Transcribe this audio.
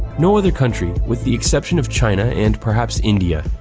no other country, with the exception of china and perhaps india,